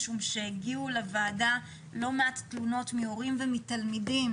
משום שהגיעו לוועדה לא מעט תלונות מהורים ומתלמידים